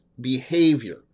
behavior